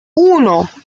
uno